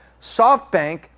SoftBank